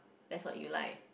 that's what you like